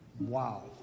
Wow